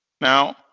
Now